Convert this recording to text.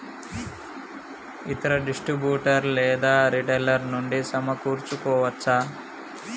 ఇతర డిస్ట్రిబ్యూటర్ లేదా రిటైలర్ నుండి సమకూర్చుకోవచ్చా?